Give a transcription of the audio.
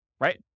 right